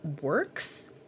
works